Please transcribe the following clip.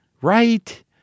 Right